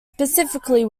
specifically